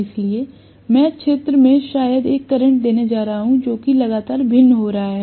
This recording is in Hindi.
इसलिए मैं क्षेत्र में शायद एक करंट देने जा रहा हूं जो कि लगातार भिन्न हो रहा है